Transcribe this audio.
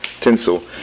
Tinsel